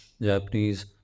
Japanese